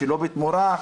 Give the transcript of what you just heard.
שלא בתמורה.